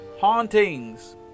hauntings